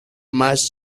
más